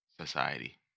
society